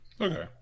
Okay